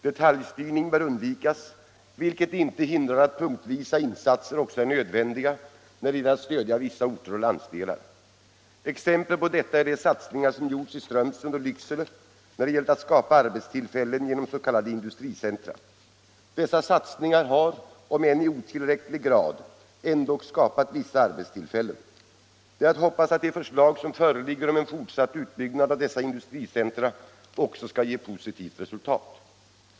Detaljstyrning bör undvikas, vilket inte hindrar att punktvisa insatser också är nödvändiga när det gäller att stödja vissa orter och landsdelar. Exempel på detta är de satsningar som gjorts i Strömsund och Lycksele när det gällt att skapa arbetstillfällen genom s.k. industricentra. Dessa satsningar har, om än i otillräcklig grad, ändock skapat vissa arbetstillfällen. Det är att hoppas att det förslag som föreligger om en fortsatt utbyggnad av dessa industricentra också skall ge positivt resultat.